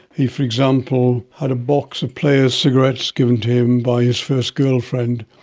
he, for example, had a box of players cigarettes given to him by his first girlfriend,